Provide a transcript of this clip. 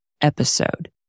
episode